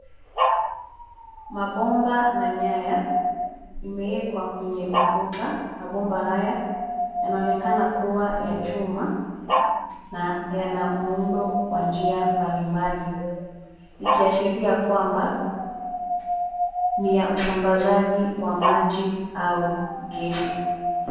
Mabomba na nyaya, imeeekwa kwenye ukuta. Mabomba haya, yanaonekana kuwa ya chuma, na yana muundo wa njia mbalimbali, ikiashiria kwamba, usambazaji wa maji au gesi.